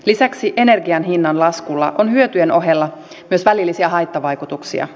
lisäksi energian hinnan laskulla on hyötyjen ohella myös välillisiä haittavaikutuksia